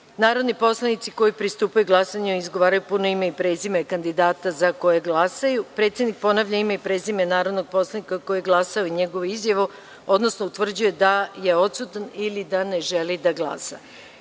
narodni poslanici koji pristupaju glasanju izgovaraju puno ime i prezime kandidata za koje glasaju, predsednik ponavlja ime i prezime narodnog poslanika koji je glasao i njegovu izjavu, odnosno utvrđuje da je odsutan ili da ne želi da glasa,